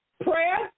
Prayer